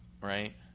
right